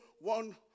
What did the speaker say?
one